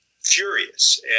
furious